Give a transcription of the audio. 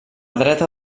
dreta